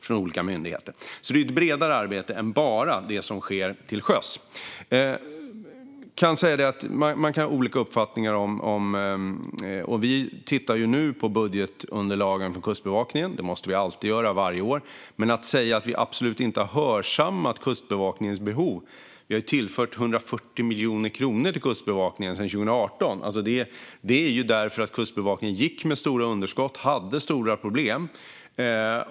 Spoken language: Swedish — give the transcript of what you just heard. Det är alltså ett bredare arbete än bara det som sker till sjöss. Man kan ha olika uppfattningar. Vi tittar nu på budgetunderlagen för Kustbevakningen. Det måste vi göra varje år. Man kan inte säga att vi absolut inte har hörsammat Kustbevakningens behov. Vi har ju tillfört 140 miljoner kronor till Kustbevakningen sedan 2018, eftersom Kustbevakningen gick med stora underskott och hade stora problem.